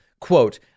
Quote